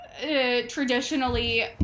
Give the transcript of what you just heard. traditionally